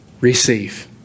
receive